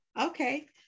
Okay